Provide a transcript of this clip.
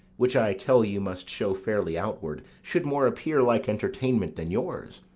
which i tell you must show fairly outward, should more appear like entertainment than yours.